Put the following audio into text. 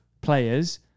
players